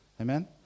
Amen